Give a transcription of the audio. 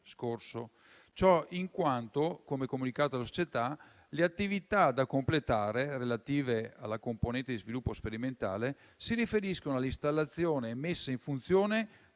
2023. Ciò in quanto, come comunicato dalla società, le attività da completare relative alla componente di sviluppo sperimentale si riferiscono all'installazione e messa in funzione